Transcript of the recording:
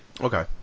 Okay